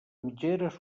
mitgeres